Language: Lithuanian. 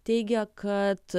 teigia kad